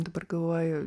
dabar galvoju